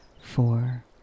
four